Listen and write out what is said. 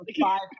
five